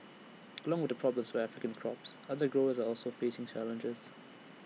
along with the problems for African crops other growers are also facing challenges